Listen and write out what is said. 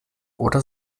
oder